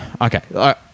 Okay